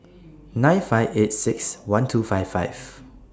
nine five eight six one two five five